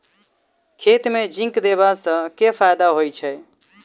खेत मे जिंक देबा सँ केँ फायदा होइ छैय?